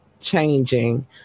Changing